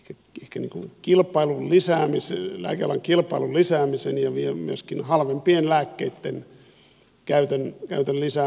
kytkikin lääkkeitten järkevämmästä käytöstä lääkealan kilpailun lisäämisestä ja myöskin halvempien lääkkeitten käytön lisäämisestä